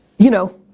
you know,